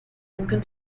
lincoln